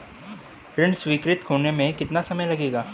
ऋण स्वीकृत होने में कितना समय लगेगा?